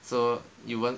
so you won't